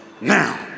now